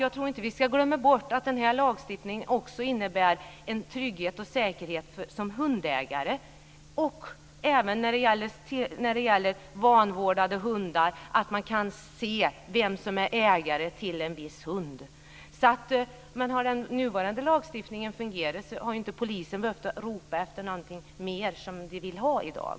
Vi får inte glömma bort att den här lagstiftningen också innebär en trygghet och säkerhet som hundägare och att man när det gäller vanvårdade hundar kan se vem som är ägare till en viss hund. Om den nuvarande lagstiftningen hade fungerat, hade ju inte polisen behövt ropa efter något mer, som de vill ha i dag.